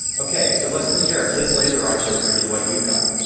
okay, so let's compare his laser eye surgery to what you got.